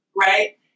right